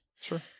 Sure